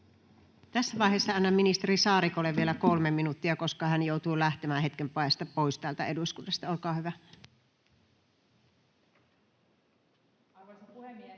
Tässä vaiheessa annan ministeri Saarikolle vielä 3 minuuttia, koska hän joutuu lähtemään hetken päästä pois täältä eduskunnasta. — Olkaa hyvä. [Speech